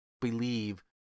believe